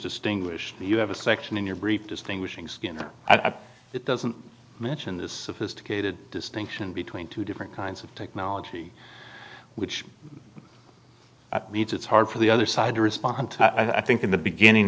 distinguish that you have a section in your brief distinguishing skinner at it doesn't mention this of his tecate a distinction between two different kinds of technology which leads it's hard for the other side to respond to i think in the beginning